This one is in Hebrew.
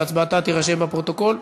והצבעתה תירשם בפרוטוקול.